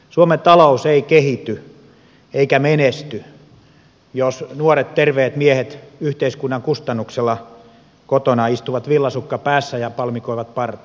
suomen talous ei kehity eikä menesty jos nuoret terveet miehet yhteiskunnan kustannuksella kotona istuvat villasukka päässä ja palmikoivat partaa